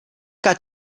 got